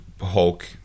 Hulk